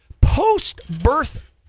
post-birth